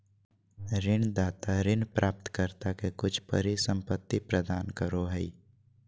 ऋणदाता ऋण प्राप्तकर्ता के कुछ परिसंपत्ति प्रदान करो हइ